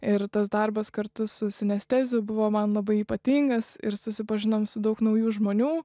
ir tas darbas kartu su sinesteziu buvo man labai ypatingas ir susipažinom su daug naujų žmonių